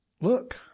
look